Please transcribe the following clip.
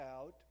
out